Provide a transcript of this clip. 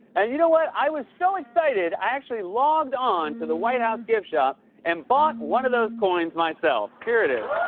and you know what? i was so excited, i actually logged on to the white house gift shop and bought one of those coins myself. here it is.